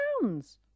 pounds